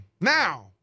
now